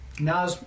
now